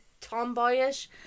tomboyish